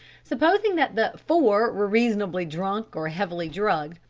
supposing that the four were reasonably drunk or heavily drugged,